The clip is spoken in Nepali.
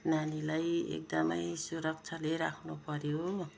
नानीलाई एकदमै सुरक्षाले राख्नुपऱ्यो हो